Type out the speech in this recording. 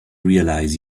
realize